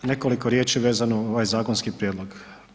Nekoliko riječi vezano uz ovaj zakonski prijedlog.